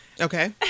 Okay